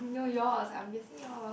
no yours I'm guessing yours